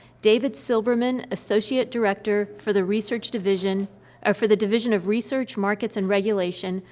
david silberman, associate director for the research division or for the division of research, markets, and regulation,